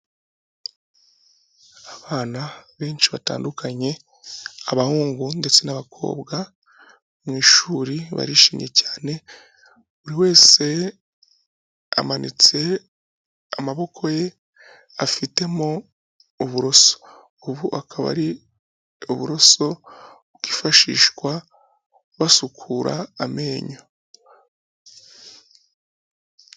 Abana benshi batandukanye abahungu ndetse n'abakobwa, mu ishuri barishimye cyane, buri wese amanitse amaboko ye afitemo uburoso, ubu akaba ari uburoso bwifashishwa basukura amenyo.